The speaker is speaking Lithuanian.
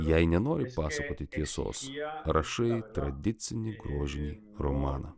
jei nenori pasakoti tiesos rašai tradicinį grožinį romaną